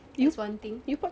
is one thing